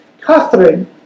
Catherine